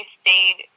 stayed